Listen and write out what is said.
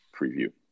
preview